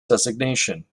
designation